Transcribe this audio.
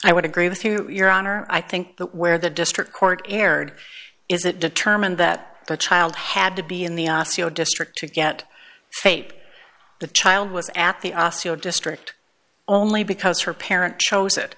i would agree with you your honor i think that where the district court erred is it determined that the child had to be in the osseo district to get fate the child was at the osseo district only because her parent chose it